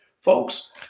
folks